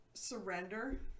surrender